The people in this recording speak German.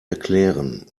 erklären